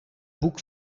hoek